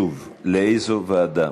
שוב, לאיזו ועדה?